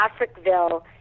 Africville